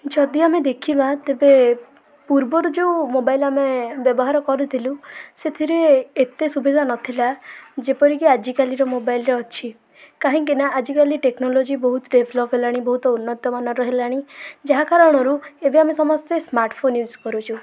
ଯଦି ଆମେ ଦେଖିବା ତେବେ ପୂର୍ବରୁ ଯୋଉ ମୋବାଇଲ୍ ଆମେ ବ୍ୟବହାର କରୁଥିଲୁ ସେଥିରେ ଏତେ ସୁବିଧା ନଥିଲା ଯେପରିକି ଆଜିକାଲିର ମୋବାଇଲ୍ ରେ ଅଛି କାହିଁକିନା ଆଜିକାଲି ଟେକ୍ନୋଲୋଜି ବହୁତ ଡେଭେଲପ୍ ହେଲାଣି ବହୁତ ଉନ୍ନତମାନର ହେଲାଣି ଯାହା କାରଣରୁ ଏବେ ଆମେ ସମସ୍ତେ ସ୍ମାର୍ଟଫୋନ୍ ୟୁଜ୍ କରୁଛୁ